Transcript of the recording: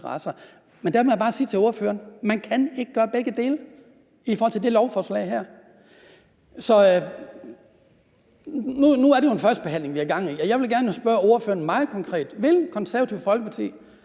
Men der må jeg bare sige til ordføreren: Man kan ikke gøre begge dele i forhold til det her lovforslag. Nu er det jo en første behandling, vi har gang i, og jeg vil gerne spørge ordføreren meget konkret: Vil Det Konservative Folkeparti